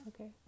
Okay